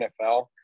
NFL